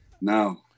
No